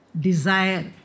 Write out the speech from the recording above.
desire